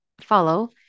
follow